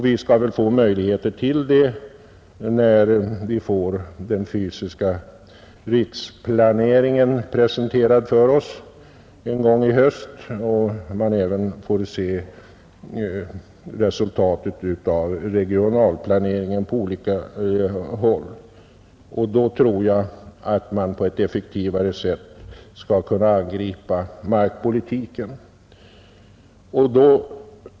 Vi skall väl få möjligheter därtill när vi får den fysiska riksplaneringen presenterad för oss någon gång i höst. Då får vi även se resultatet av regionalplaneringen på olika håll. Jag tror att man då på ett effektivare sätt skall kunna angripa markpolitiken.